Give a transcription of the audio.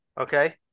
okay